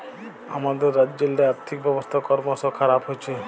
আমাদের রাজ্যেল্লে আথ্থিক ব্যবস্থা করমশ খারাপ হছে